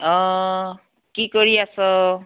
অ কি কৰি আছ